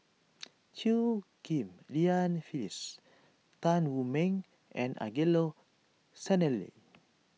Chew Ghim Lian Phyllis Tan Wu Meng and Angelo Sanelli